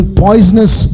poisonous